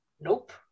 Nope